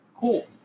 cool